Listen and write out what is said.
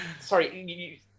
Sorry